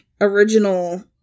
original